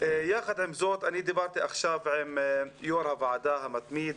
יחד עם זאת דיברתי עכשיו עם יו"ר הוועדה המתמיד,